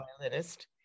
violinist